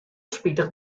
spitich